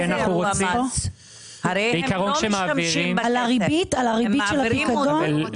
יש מס על הריבית של הפיקדון?